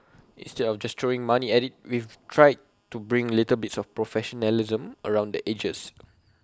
instead of just throwing money at IT we've tried to bring little bits of professionalism around the edges